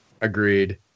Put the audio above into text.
Agreed